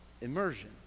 immersion